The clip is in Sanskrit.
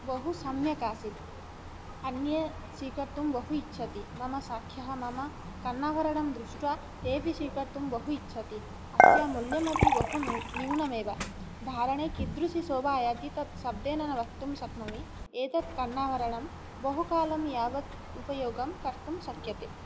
बहुसम्यक् आसीत् अन्ये स्वीकर्तुं बहु इच्छति मम सख्यः मम कर्णाभरणं दृष्ट्वा तेऽपि स्वीकर्तुं बहु इच्छति अस्य मूल्यमपि बहुनू न्यूनमेव धारणे कीदृशी शोभा आयाति तत् शब्देन न वक्तुं शक्नोमि एतत् कर्णाभरणं बहुकालं यावत् उपयोगं कर्तुं शक्यते